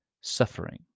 suffering